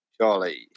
Charlie